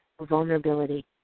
vulnerability